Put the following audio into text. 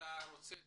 רוצה תרגום?